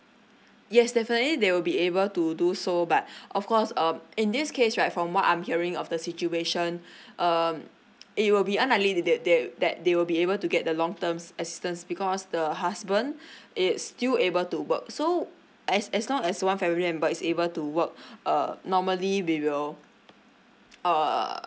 yes definitely they will be able to do so but of course um in this case right from what I'm hearing of the situation um it will be unlikely that that that they will be able to get the long terms assistance because the husband it's still able to work so as as long as one family member is able to work uh normally we will err